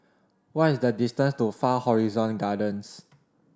what is the distance to Far Horizon Gardens